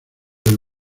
del